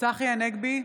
צחי הנגבי,